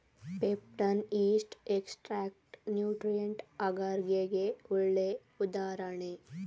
peptone, yeast extract nutrient ಅಗರ್ಗೆ ಗೆ ಒಳ್ಳೆ ಉದಾಹರಣೆ